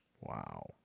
Wow